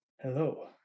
Hello